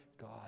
God